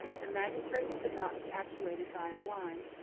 the magistrates could not be actuated by a blind,